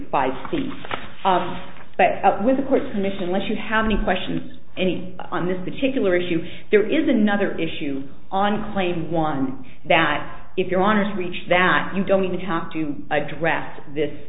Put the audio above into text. five but with the course mission let you have any questions any on this particular issue there is another issue on play one that if you're honest reach that you don't even have to address this